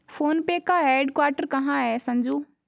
Phone पे का headquarter कहां है संजू?